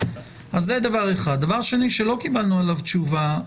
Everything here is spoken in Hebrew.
דבר שני שלא קיבלנו עליו תשובה,